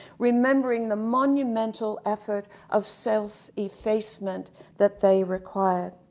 remembering the monumental effort of self effacement that they required.